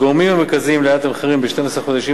הגורמים המרכזיים לעליית המחירים ב-12 החודשים